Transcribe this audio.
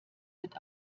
wird